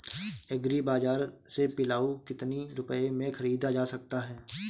Agree Bazaar से पिलाऊ कितनी रुपये में ख़रीदा जा सकता है?